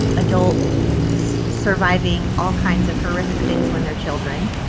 adult surviving all kinds of horrific things when they're children